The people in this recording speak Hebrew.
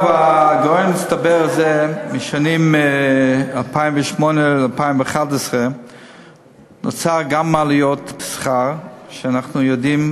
הגירעון המצטבר הוא מהשנים 2008 2011. נוצרו גם עליות שכר שאנחנו יודעים,